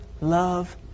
love